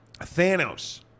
Thanos